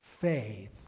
faith